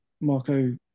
Marco